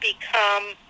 become